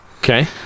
okay